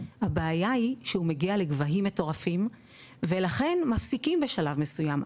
הבעיה היא שהוא מגיע לגבהים מטורפים ולכן מפסיקים בשלב מסוים,